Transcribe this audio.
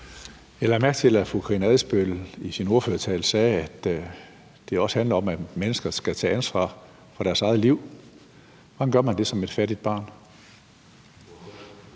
Jeg lagde mærke til, at fru Karina Adsbøl i sin ordførertale sagde, at det også handler om, at mennesker skal tage ansvar for deres eget liv. Hvordan gør man det som et fattigt barn?